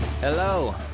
Hello